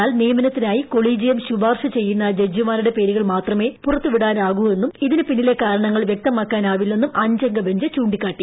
എന്നാൽ നിയമനത്തിനായി കൊളീജിയം ശുപാർശ ചെയ്യുന്ന ജഡ്ജിമാരുടെ പേരുകൾ മാത്രമേ പുറത്തുവിടാനാകൂ എന്നും ഇതിന് പിന്നിലെ കാരണങ്ങൾ വ്യക്തമാക്കാനാവില്ലെന്നും അഞ്ചംഗ ബഞ്ച് ചൂണ്ടിക്കാട്ടി